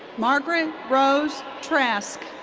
margaret rose trask.